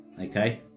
Okay